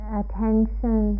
attention